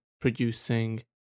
producing